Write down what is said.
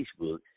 Facebook